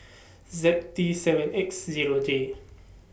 Z T seven X Zero J